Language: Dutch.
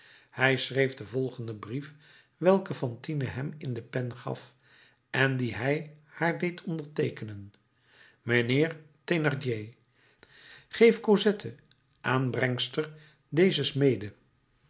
hij schreef den volgenden brief welken fantine hem in de pen gaf en dien hij haar deed onderteekenen mijnheer thénardier geef cosette aan brengster dezes mede